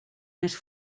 més